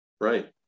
Right